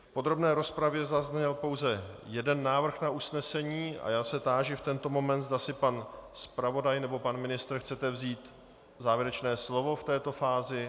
V podrobné rozpravě zazněl pouze jeden návrh na usnesení a já se táži v tento moment, zda si pan zpravodaj nebo pan ministr chcete vzít závěrečné slovo v této fázi.